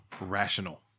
rational